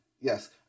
Yes